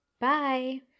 Bye